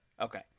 Okay